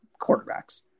quarterbacks